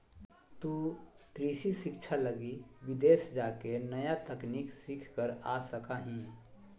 तु कृषि शिक्षा लगी विदेश जाके नया तकनीक सीख कर आ सका हीं